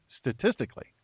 statistically